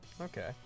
Okay